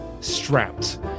strapped